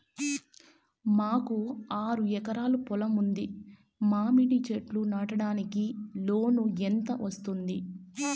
మాకు ఆరు ఎకరాలు పొలం ఉంది, మామిడి చెట్లు నాటడానికి లోను ఎంత వస్తుంది?